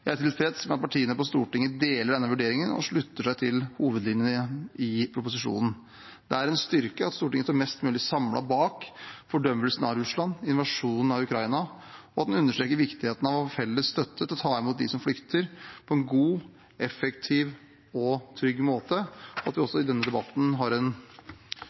Jeg er tilfreds med at partiene på Stortinget deler denne vurderingen og slutter seg til hovedlinjene i proposisjonen. Det er en styrke at Stortinget står mest mulig samlet bak fordømmelsen av Russlands invasjon av Ukraina, at vi understreker viktigheten av vår felles støtte til å ta imot dem som flykter på en god, effektiv og trygg måte, og at vi også i denne debatten har en